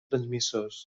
transmissors